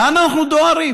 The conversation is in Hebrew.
לאן אנחנו דוהרים?